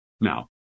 Now